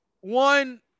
one